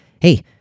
hey